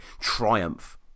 triumph